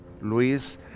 Luis